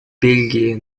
бельгии